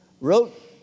wrote